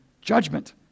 judgment